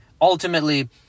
ultimately